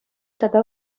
тата